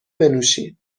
بنوشیم